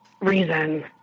reason